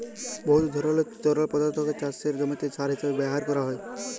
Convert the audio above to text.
বহুত ধরলের তরল পদাথ্থকে চাষের জমিতে সার হিঁসাবে ব্যাভার ক্যরা যায়